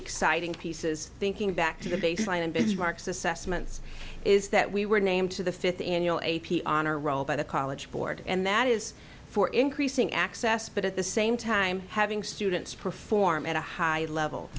exciting pieces thinking back to the baseline and benchmarks assessments is that we were named to the fifth annual a p honor roll by the college board and that is for increasing access but at the same time having students perform at a high level